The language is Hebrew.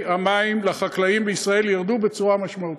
המים לחקלאים בישראל ירדו בצורה משמעותית.